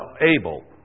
able